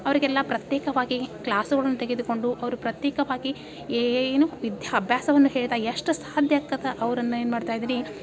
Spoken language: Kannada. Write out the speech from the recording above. ಅವರಿಗೆಲ್ಲ ಪ್ರತ್ಯೇಕವಾಗಿ ಕ್ಲಾಸುಗಳನ್ನು ತೆಗೆದುಕೊಂಡು ಅವರು ಪ್ರತ್ಯೇಕವಾಗಿ ಏನು ವಿದ್ಯಾಭ್ಯಾಸವನ್ನು ಹೇಳ್ತ ಎಷ್ಟು ಸಾಧ್ಯ ಆಗ್ತದೆ ಅವರನ್ನ ಏನು ಮಾಡ್ತಾ ಇದ್ದೀನಿ